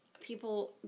people